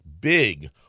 big